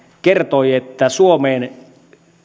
kertoi että suomeen